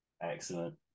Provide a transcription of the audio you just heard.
Excellent